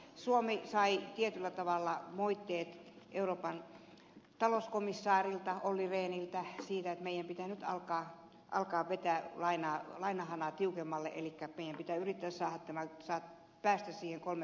suomi sai tietyllä tavalla moitteet euroopan talouskomissaari olli rehniltä siitä mielipiteen jalka alkaa pitkä laina että meidän pitää yrittää sahata wärtsilä pääsisin kolme